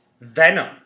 Venom